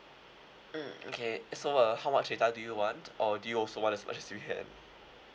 mm okay so uh how much data do you want or do you also want as much as you can